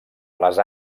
les